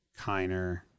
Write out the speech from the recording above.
Kiner